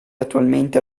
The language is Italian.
attualmente